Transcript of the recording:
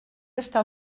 estar